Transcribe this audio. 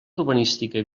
urbanística